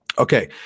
Okay